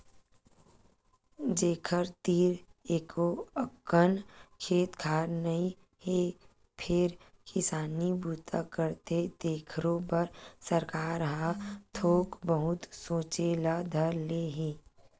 जेखर तीर एको अकन खेत खार नइ हे फेर किसानी बूता करथे तेखरो बर सरकार ह थोक बहुत सोचे ल धर ले हे